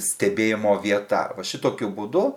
stebėjimo vieta va šitokiu būdu